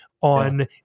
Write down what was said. on